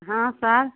हाँ सर